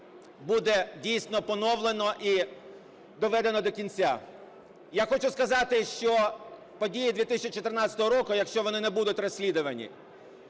буде дійсно поновлено і доведено до кінця. Я хочу сказати, що події 2014 року, якщо вони не будуть розслідувані,